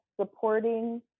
supporting